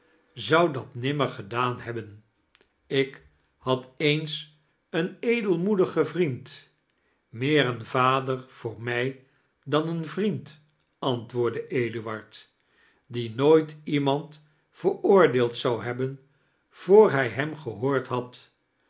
zou dat nimmer gedaan hebbem ik had eens een edelmoedigem vriend meer een vader voor mij dan een vriend antwoordde eduard diie nooit iemand veroordeeld zou hebben voor hij hem gehoord had